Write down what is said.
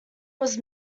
was